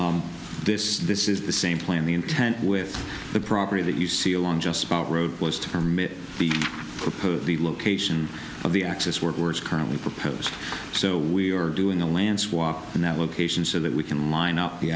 council this this is the same plan the intent with the property that you see along just spot road was to permit the proposed the location of the axis words currently proposed so we are doing a land swap in that location so that we can line up the